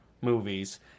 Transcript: movies